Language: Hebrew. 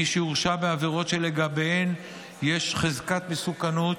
מי שהורשע בעבירות שלגביהן יש חזקת מסוכנות,